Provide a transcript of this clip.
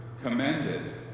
commended